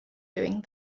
doing